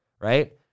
right